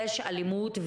יש אלימות,